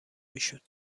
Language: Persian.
میشد